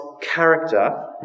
character